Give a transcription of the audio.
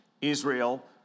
Israel